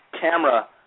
camera